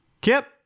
Kip